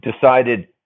decided